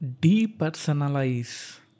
Depersonalize